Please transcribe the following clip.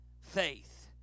faith